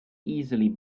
easily